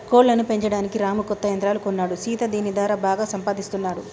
కోళ్లను పెంచడానికి రాము కొత్త యంత్రాలు కొన్నాడు సీత దీని దారా బాగా సంపాదిస్తున్నాడు